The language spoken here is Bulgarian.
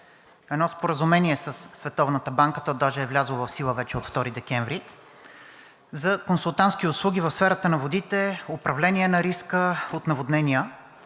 едно споразумение със Световната банка, то даже е влязло в сила вече – от 2 декември, за консултантски услуги в сферата на водите, управление на риска от наводнения.